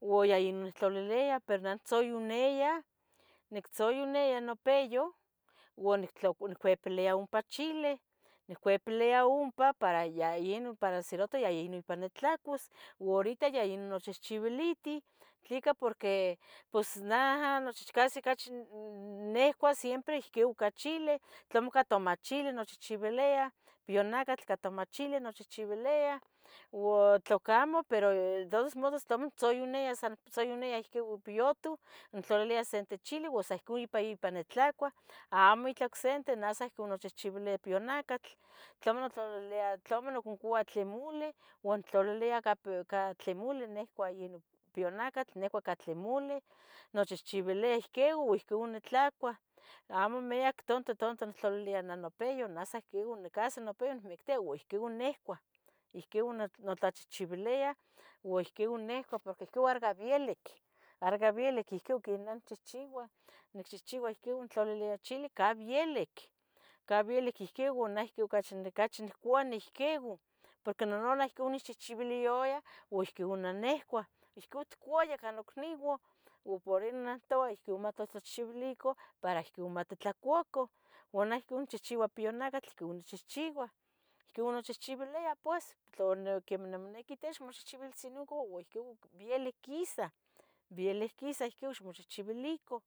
uo ya inon nictlalilia, nictzoyonia, nictzoyonia nopiyo uan nicuepelia ompa in chileh, niccuepiliya ompa para ya inon serato ya inon ipan nitlacuas. Horita ya nochihchiuilitiu ¿tlica? porque pos naja casi ocachi nicua siempre ica chileh, tlamo ica tomachili mochihchiuilia, piotnacatl ica tomachili mochihchiuilia uo tlacamo, pero de todos modos tlamo intzoyonia, san intzoyonia in poyoto intlalilia sente chili uo sa ihcon ipan nitlacua, amo itlah ocsente nah san ohcon inmochihchiuilia in pionacatl, tlamo intlalilia, tlamo noconcoua tlen mole uon tlalilia tlamo tlen mole nicua pionacatl, nicua catli moleh inmochihchiuilia ihcon, uo ihcon nitlacua amo miyac tanto tanto nictlalilia nahnopiyo mas sa ihquin onicuah, ihquin notlachihchiuilia uo ihquin nicua porque ohcon arguia vielic arguia vielic ihquin queman nicchiua. Nicchihchiua ihquin intlalilia chili ocachi vielic ca vielic ihquin ocachi nicuah ihquin porque nonanah ohcon onechchihchiuilaya uan ohcon ninecuah, otcuayah ca nocniuan por en non toua ohcon matmochihchivilican para ohcon matitlacuacan uan neh ohcon inchihchiua pionacatl ohcon inchihchiua, ohcon inmochihchiuilia pues quen moniqui teh noiuqui ohcon ixmochichiuilihtzinocan uan vielic quisa, vielic quisa ohcon ixmochihchiuilihtzinocan.